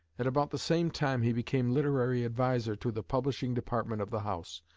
at about the same time he became literary adviser to the publishing department of the house,